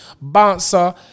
bouncer